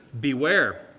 Beware